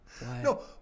No